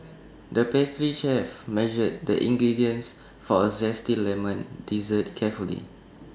the pastry chef measured the ingredients for A Zesty Lemon Dessert carefully